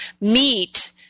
meet